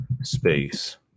space